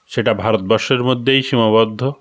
সেটা ভারতবর্ষের মধ্যেই সীমাবদ্ধ